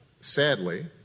sadly